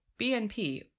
BNP